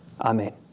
Amen